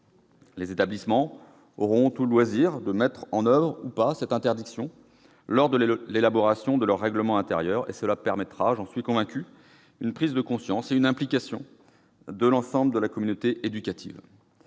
Les établissements auront tout loisir de retenir, ou pas, cette interdiction lors de l'élaboration de leur règlement intérieur, et cela permettra, j'en suis convaincu, une prise de conscience et une implication de l'ensemble de la communauté éducative.